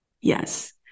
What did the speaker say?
Yes